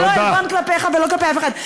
זה לא עלבון כלפיך ולא כלפי אף אחד.